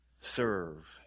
serve